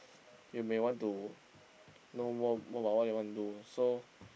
you may want to know more more about what you want to do so